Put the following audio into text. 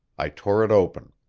i tore it open.